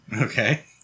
okay